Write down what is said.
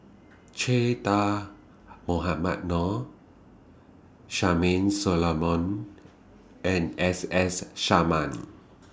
Che Dah Mohamed Noor Charmaine Solomon and S S Sarma